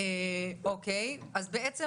אדוני אתה איתנו על הקו, נכון?